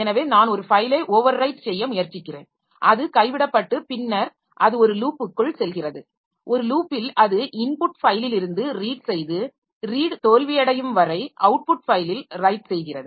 எனவே நான் ஒரு ஃபைலை ஓவர்ரைட் செய்ய முயற்சிக்கிறேன் அது கைவிடப்பட்டு பின்னர் அது ஒரு லூப்பிற்குள் செல்கிறது ஒரு லூப்பில் அது இன்புட் ஃபைலிலிருந்து ரீட் செய்து ரீட் தோல்வியடையும் வரை அவுட்புட் ஃபைலில் ரைட் செய்கிறது